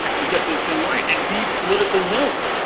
to get this thing right and be politically militant.